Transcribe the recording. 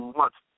months